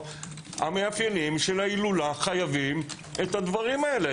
המאפיינים של ההילולה חייבים את הדברים האלה.